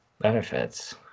benefits